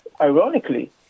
Ironically